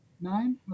nine